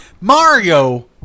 Mario